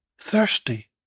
thirsty